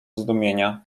zdumienia